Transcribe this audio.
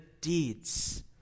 deeds